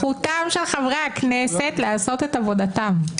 זכותם של חברי הכנסת לעשות את עבודתם.